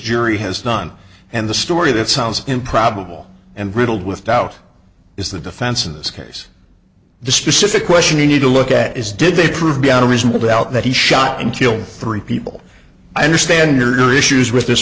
jury has none and the story that sounds improbable and riddled with doubt is the defense in this case the specific question you need to look at is did they prove beyond a reasonable doubt that he shot and killed three people i understand your issues with this